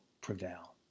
prevail